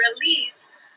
release